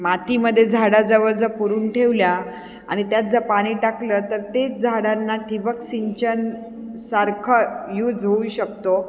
मातीमध्ये झाडाजवळ जर पुरून ठेवल्या आणि त्यात जर पाणी टाकलं तर तेच झाडांना ठिबक सिंचनसारखं यूज होऊ शकतो